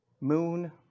moon